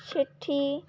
Shetty